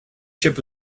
ship